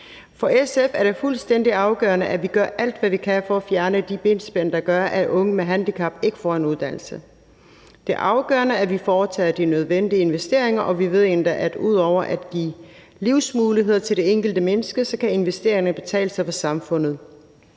For SF er det fuldstændig afgørende, at vi gør alt, hvad vi kan, for at fjerne de benspænd, der gør, at unge med handicap ikke får en uddannelse. Det er afgørende, at vi foretager de nødvendige investeringer, og vi ved endda, at ud over at give livsmuligheder til det enkelte menneske kan investeringerne betale sig for samfundet